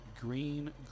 green